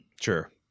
Sure